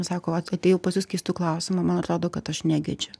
sako vat atėjau pas jus keistu klausimu man atrodo kad aš negedžiu